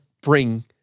bring